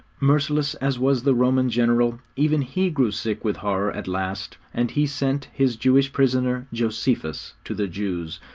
merciless as was the roman general, even he grew sick with horror at last, and he sent his jewish prisoner, josephus, to the jews,